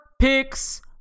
picks